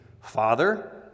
Father